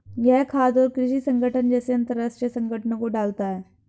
यह खाद्य और कृषि संगठन जैसे अंतरराष्ट्रीय संगठनों को डालता है